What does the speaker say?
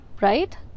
right